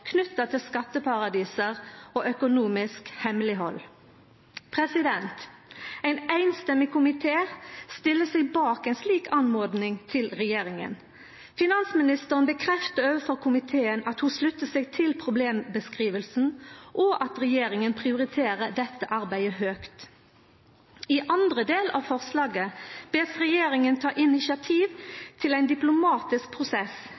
knytte til skatteparadis og økonomisk hemmeleghald. Ein samrøystes komité stiller seg bak ei slik oppmoding til regjeringa. Finansministeren bekreftar overfor komiteen at ho sluttar seg til problembeskrivinga, og at regjeringa prioriterer dette arbeidet høgt. I andre del av forslaget blir regjeringa bedd om å ta initiativ til ein diplomatisk prosess